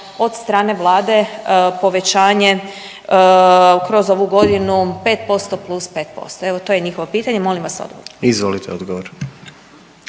od strane Vlade povećanje kroz ovu godinu 5% plus pet posto. Evo to je njihovo pitanje, molim vas odgovor. **Jandroković,